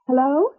Hello